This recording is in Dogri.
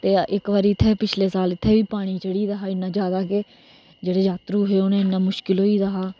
ते इक बारी इत्थै पिछले साल इत्थै बी पानी चढ़ी गेदा हा इन्ना ज्यादा के जेहडे़ जात्तरू हे उनेंगी इन्ना मुश्किल होई गेदा हा के